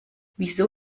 wieso